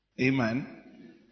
Amen